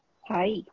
Hi